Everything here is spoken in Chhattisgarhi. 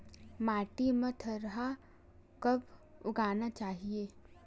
माटी मा थरहा कब उगाना चाहिए?